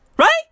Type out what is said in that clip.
Right